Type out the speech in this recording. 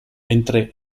mentre